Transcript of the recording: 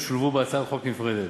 ושולבו בהצעת חוק נפרדת.